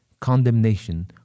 condemnation